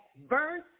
Verse